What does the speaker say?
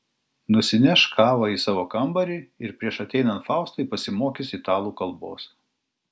nusineš kavą į savo kambarį ir prieš ateinant faustui pasimokys italų kalbos